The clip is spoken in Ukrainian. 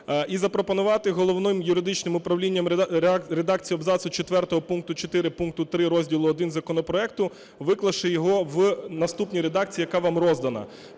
і запропонувати Головним юридичним управлінням редакцію абзацу четвертого пункту 4, пункту 3 розділу І законопроекту, виклавши його в наступній редакції, яка вам роздана.